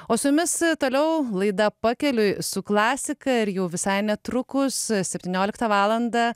o su jumis toliau laida pakeliui su klasika ir jau visai netrukus septynioliktą valandą